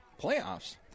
Playoffs